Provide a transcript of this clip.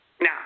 Now